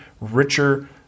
richer